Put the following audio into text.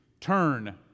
turn